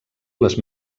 les